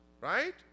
Right